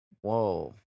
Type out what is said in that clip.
Whoa